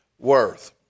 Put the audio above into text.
Worth